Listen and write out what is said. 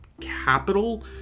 capital